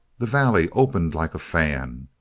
the valley opened like a fan.